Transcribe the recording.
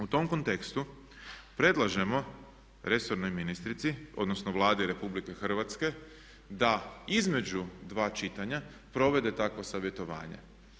U tom kontekstu predlažemo resornoj ministrici, odnosno Vladi RH da između dva čitanja provede takvo savjetovanje.